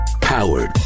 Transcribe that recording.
Powered